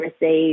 receive